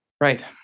right